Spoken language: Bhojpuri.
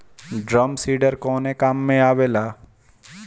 ड्रम सीडर कवने काम में आवेला?